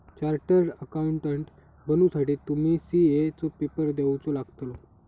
chartered accountant बनुसाठी तुका CA चो पेपर देवचो लागतलो